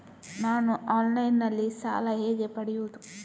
ನಾನು ಆನ್ಲೈನ್ನಲ್ಲಿ ಸಾಲ ಹೇಗೆ ಪಡೆಯುವುದು?